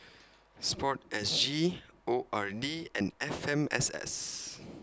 Sport S G O R D and F M S S